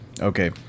okay